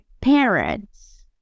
parents